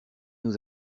nous